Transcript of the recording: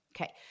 Okay